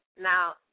Now